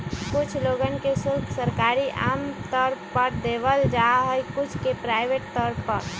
कुछ लोगन के शुल्क सरकारी तौर पर देवल जा हई कुछ के प्राइवेट तौर पर